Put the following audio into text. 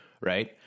Right